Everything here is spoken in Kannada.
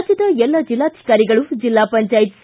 ರಾಜ್ಯದ ಎಲ್ಲಾ ಜಿಲ್ಲಾಧಿಕಾರಿಗಳು ಜಿಲ್ಲಾ ಪಂಚಾಯತ್ ಸಿ